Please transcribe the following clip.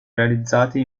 realizzati